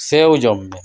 ᱥᱮᱣ ᱡᱚᱢ ᱢᱮ